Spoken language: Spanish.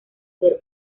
ser